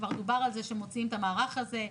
כבר דובר על זה שמוציאים את המערך הזה.